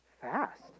fast